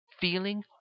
feeling